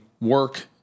work